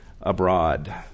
abroad